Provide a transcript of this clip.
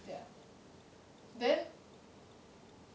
ya then